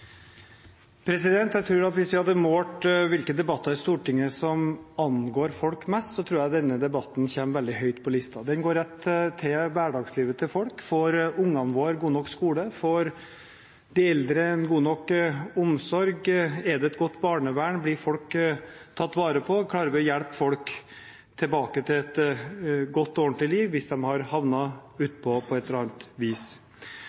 at hvis vi hadde målt hvilke debatter i Stortinget som angår folk mest, så tror jeg denne debatten kommer veldig høyt på listen. Den går rett på hverdagslivet til folk – får ungene våre god nok skole, får de eldre god nok omsorg, er det et godt barnevern, blir folk tatt vare på, klarer vi å hjelpe folk tilbake til et godt og ordentlig liv hvis de har havnet utpå på et eller annet vis?